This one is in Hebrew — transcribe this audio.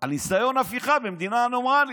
על ניסיון הפיכה במדינה נורמלית.